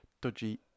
dodgy